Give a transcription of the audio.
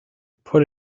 put